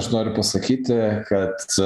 aš noriu pasakyti kad